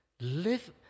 live